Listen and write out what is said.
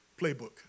playbook